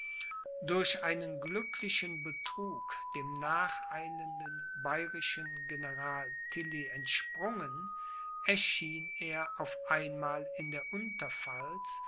durch einen glücklichen betrug dem nacheilenden bayerischen general tilly entsprungen erschien er auf einmal in der unterpfalz